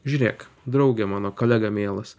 žiūrėk drauge mano kolega mielas